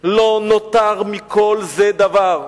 לא נותר מכל זה דבר.